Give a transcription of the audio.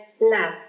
love